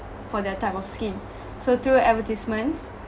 for their type of skin so through advertisements